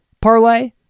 parlay